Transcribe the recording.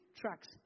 tracks